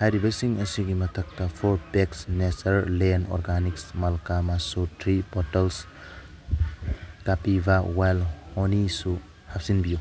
ꯍꯥꯏꯔꯤꯕꯁꯤꯡ ꯑꯁꯤꯒꯤ ꯃꯊꯛꯇ ꯐꯣꯔ ꯇꯦꯛꯁ ꯅꯦꯆꯔꯂꯦꯟ ꯑꯣꯔꯒꯥꯅꯤꯛꯁ ꯃꯜꯀꯥꯃꯁꯨ ꯊ꯭ꯔꯤ ꯕꯣꯇꯜꯁ ꯀꯄꯤꯚꯥ ꯋꯥꯏꯜ ꯍꯣꯅꯤꯁꯨ ꯍꯥꯞꯆꯤꯟꯕꯤꯌꯨ